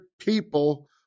people